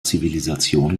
zivilisation